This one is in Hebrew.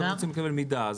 אתם רוצים לקבל מידע,